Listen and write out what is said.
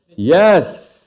Yes